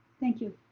thank you.